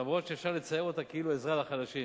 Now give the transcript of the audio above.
אף שאפשר לצייר אותה כעזרה לחלשים.